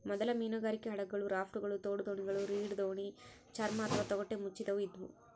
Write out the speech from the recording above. ಮೊದಲ ಮೀನುಗಾರಿಕೆ ಹಡಗುಗಳು ರಾಪ್ಟ್ಗಳು ತೋಡುದೋಣಿಗಳು ರೀಡ್ ದೋಣಿ ಚರ್ಮ ಅಥವಾ ತೊಗಟೆ ಮುಚ್ಚಿದವು ಇದ್ವು